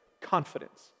confidence